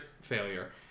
failure